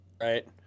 right